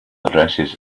addresses